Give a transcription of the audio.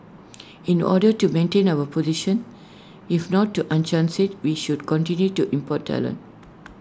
in order to maintain our position if not to enhance IT we should continue to import talent